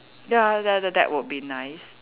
ya tha~ that would be nice